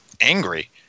angry